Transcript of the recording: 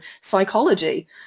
psychology